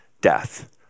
death